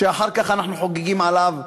שאחר כך אנחנו חוגגים עליו,